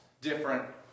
different